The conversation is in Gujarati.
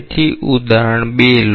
તેથી ઉદાહરણ 2 લો